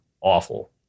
awful